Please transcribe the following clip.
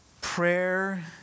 Prayer